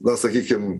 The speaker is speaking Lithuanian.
na sakykim